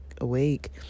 awake